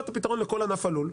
פתרון לכל ענף הלול,